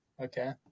okay